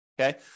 okay